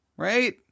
right